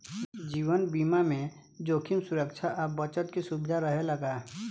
जीवन बीमा में जोखिम सुरक्षा आ बचत के सुविधा रहेला का?